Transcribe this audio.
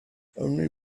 only